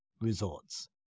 resorts